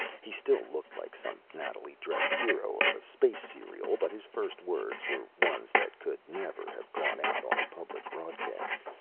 he still looked like some nattily dressed hero of a space serial, but his first words were ones that could never have gone out on a public broadcast.